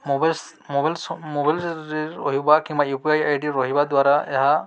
mobile mobile ମୋବାଇଲ୍ରେ ରହିବା କିମ୍ବା U P I I D ରହିବା ଦ୍ୱାରା ଏହା